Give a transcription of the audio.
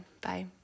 Bye